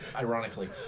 Ironically